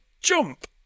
jump